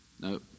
No